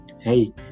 Hey